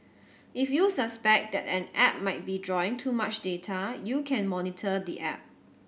if you suspect that an app might be drawing too much data you can monitor the app